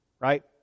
right